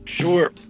Sure